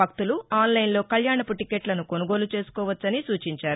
భక్తులు ఆన్లైన్లో కల్యాణపు టిక్కెట్లను కొనుగోలు చేసుకోవచ్చని సూచించారు